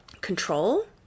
control